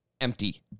empty